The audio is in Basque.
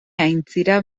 aintzira